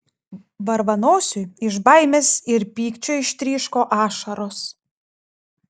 varvanosiui iš baimės ir pykčio ištryško ašaros